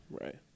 Right